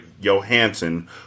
Johansson